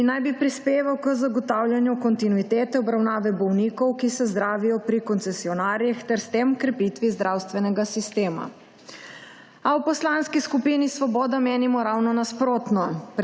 in naj bi prispeval k zagotavljanju kontinuitete obravnave bolnikov, ki se zdravijo pri koncesionarjih, ter s tem h krepitvi zdravstvenega sistema. A v Poslanski skupini Svoboda menimo ravno nasprotno: